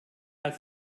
hat